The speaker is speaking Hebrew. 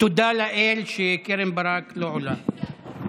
תודה לאל שקרן ברק לא עולה.